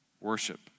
worship